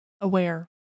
aware